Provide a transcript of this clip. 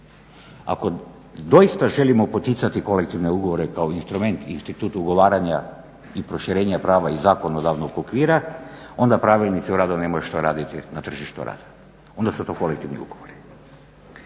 Ako doista želimo poticati kolektivne ugovore kao instrument institut ugovaranja i proširenja prava i zakonodavnog okvira, onda Pravilnici o radu nemaju što raditi na tržištu rada, onda se to kolektivni ugovori.